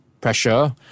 pressure